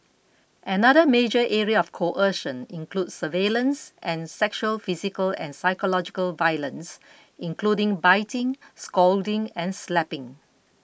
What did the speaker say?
another major area of coercion included surveillance and sexual physical and psychological violence including biting scalding and slapping